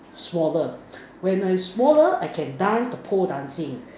smaller when I smaller I can dance the pole dancing